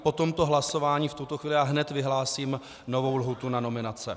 Po tomto hlasování v tuto chvíli hned vyhlásím novou lhůtu na nominace.